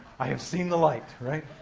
i have seen the light! right?